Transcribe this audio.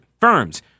firms